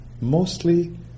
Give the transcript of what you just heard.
mostly